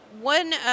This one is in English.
one